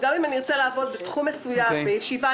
גם אם ארצה לעבוד בתחום מסוים בישיבה,